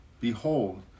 Behold